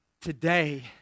today